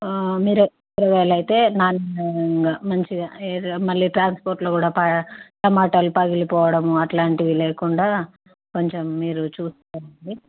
మీరు కూరగాయలు అయితే నా మంచిగా ఏదో మళ్ళీ ట్రాన్స్పోర్ట్లో కూడా పా టమాటాలు పగిలిపోవడము అలాంటివి లేకుండా కొంచెం మీరు చూసుకోండి